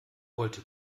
wollte